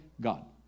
God